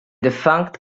defunct